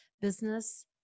business